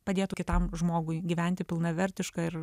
padėtų kitam žmogui gyventi pilnavertišką ir